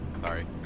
Sorry